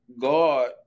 God